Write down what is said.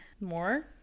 More